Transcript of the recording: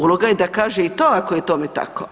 Uloga je da kaže i to ako je tome tako.